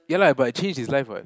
ya lah but it changed his life [what]